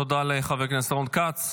תודה לחבר הכנסת רון כץ.